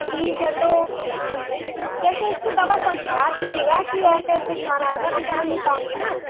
ठीक है तो जैसे उसको दवा समझा दीजिएगा की ऐसे ऐसे खाना है न त जान नही पाओंगी न